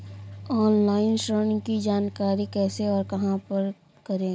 Online ऋण की जानकारी कैसे और कहां पर करें?